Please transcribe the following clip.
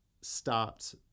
stopped